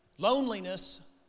Loneliness